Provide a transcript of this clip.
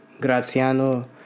Graziano